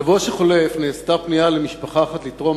בשבוע שחלף נעשתה פנייה למשפחה אחת לתרום